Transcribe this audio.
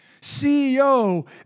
CEO